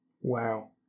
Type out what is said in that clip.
Wow